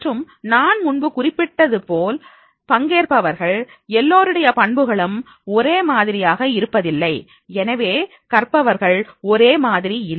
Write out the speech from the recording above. மற்றும் நான் முன்பு குறிப்பிட்டதுபோல் குறிப்பிட்டது போல்பங்கேற்பவர்கள் எல்லோருடைய பண்புகளும் ஒரே மாதிரியாக இருப்பதில்லை எனவே கற்பவர்கள் ஒரே மாதிரி இல்லை